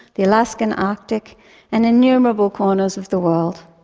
the alaskan arctic and innumerable corners of the world.